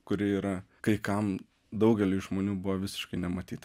kuri yra kai kam daugeliui žmonių buvo visiškai nematyt